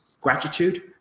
Gratitude